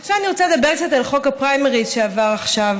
עכשיו אני רוצה לדבר קצת על חוק הפריימריז שעבר עכשיו,